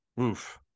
Oof